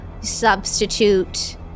substitute